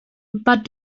but